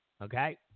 Okay